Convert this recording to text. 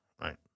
right